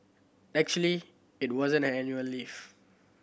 actually it wasn't her annual leave